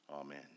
Amen